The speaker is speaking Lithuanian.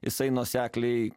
jisai nuosekliai